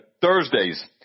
Thursdays